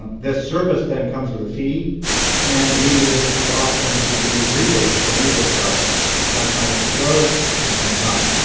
this service then comes with a fee and the media agency often receives rebates from media providers, sometimes disclosed, sometimes not,